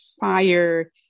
fire